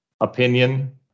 opinion